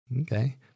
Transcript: Okay